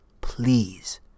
please